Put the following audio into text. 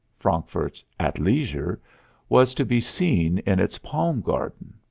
frankfurt at leisure was to be seen in its palm garden.